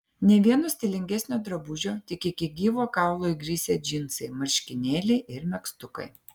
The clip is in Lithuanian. nė vieno stilingesnio drabužio tik iki gyvo kaulo įgrisę džinsai marškinėliai ir megztukai